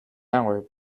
hour